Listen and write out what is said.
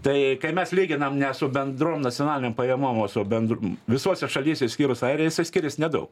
tai kai mes lyginam ne su bendrom nacionalinėm pajamom o su bendru visose šalyse išskyrus airiją jisai skirias nedaug